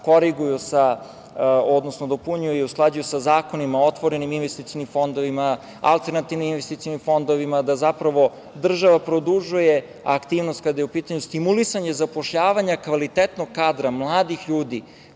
koriguju, odnosno dopunjuju i usklađuju sa zakonima o otvorenim investicionim fondovima, alternativnim investicionim fondovima, da zapravo država produžuje aktivnost kada je u pitanju stimulisanja zapošljavanja kvalitetnog kadra mladih ljudi,